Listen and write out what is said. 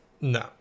No